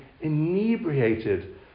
inebriated